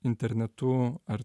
internetu ar